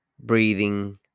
breathing